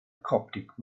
coptic